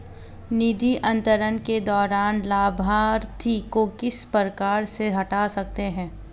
निधि अंतरण के दौरान लाभार्थी को किस प्रकार से हटा सकते हैं?